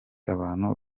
abantu